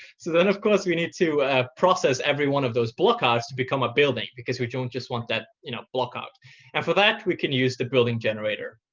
so then, of course, we need to process every one of those block outs to become a building, because we don't just want that you know block out. and for that we can use the building generator.